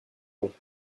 bon